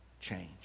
change